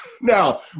Now